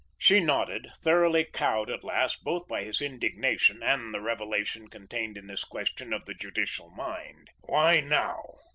she nodded, thoroughly cowed at last both by his indignation and the revelation contained in this question of the judicial mind why now,